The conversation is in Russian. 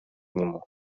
нему